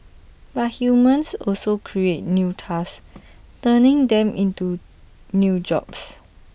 but humans also create new tasks turning them into new jobs